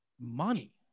money